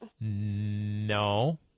No